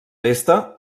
pesta